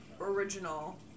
original